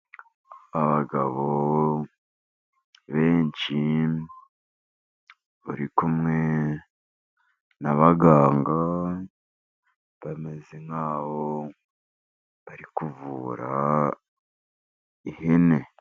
Abagabo benshi bari kumwe n'abaganga, bameze nk'abo bari kuvu ihene.